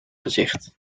gezicht